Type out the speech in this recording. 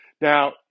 now